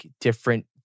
different